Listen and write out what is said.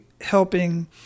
helping